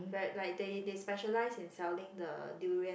like like they specialise in selling the durian